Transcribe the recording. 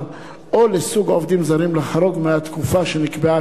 או לסוג עובדים זרים לחרוג מהתקופה שנקבעה,